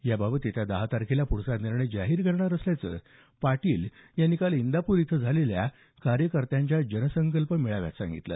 याबाबत येत्या दहा तारखेला पुढचा निर्णय जाहीर करणार असल्याचं पाटील यांनी काल झालेल्या कार्यकर्त्यांच्या जनसंकल्प मेळाव्यात सांगितलं